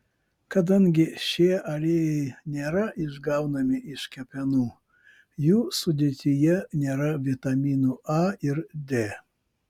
kadangi šie aliejai nėra išgaunami iš kepenų jų sudėtyje nėra vitaminų a ir d